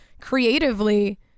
creatively